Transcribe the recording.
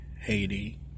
Haiti